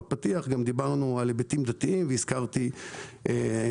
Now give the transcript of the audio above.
בפתיח דיברנו גם על היבטים דתיים והזכרתי בעיקר